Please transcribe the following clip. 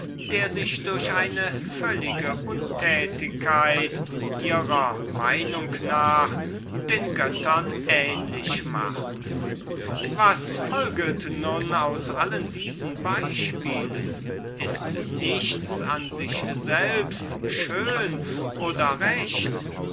der sich durch eine völlige untätigkeit ihrer meinung nach den göttern ähnlich macht was folget nun aus allen diesen beispielen ist nichts an sich selbst schön oder recht